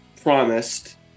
promised